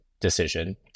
decision